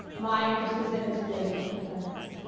my interest is in its relationship to planned parenthood.